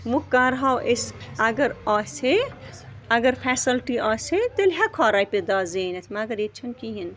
وۄنۍ کَرہاو أسۍ اگر آسہِ ہے اگر فٮ۪سَلٹی آسہِ ہے تیٚلہِ ہٮ۪کہٕ ہو رۄپیہِ دَہ زیٖنِتھ مگر ییٚتہِ چھُنہٕ کِہیٖنۍ